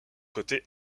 côté